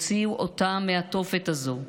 תוציאו אותם מהתופת הזו.